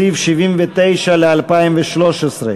סעיף 78, ל-2013,